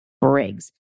Briggs